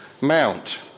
mount